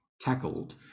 tackled